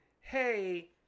hey